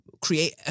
Create